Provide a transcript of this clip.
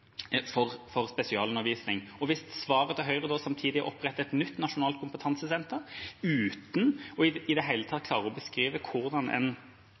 opprette et nytt nasjonalt kompetansesenter, uten i det hele tatt å klare å beskrive hvordan en